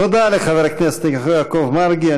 תודה לחבר הכנסת יעקב מרגי.